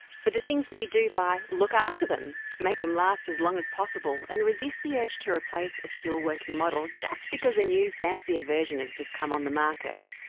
for the things that you do buy, look after them, make them last as long as possible and resist the urge to replace a still-working model just because a new, fancier version has just come on the market.